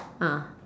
ah